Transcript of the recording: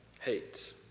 hates